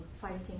Fighting